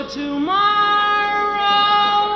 tomorrow